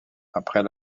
après